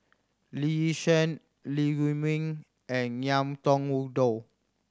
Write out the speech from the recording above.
Lee Yi Shyan Lee Huei Min and Ngiam Tong Dow